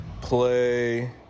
play